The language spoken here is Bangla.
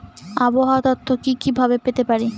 আবহাওয়ার তথ্য কি কি ভাবে পেতে পারি?